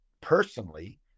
personally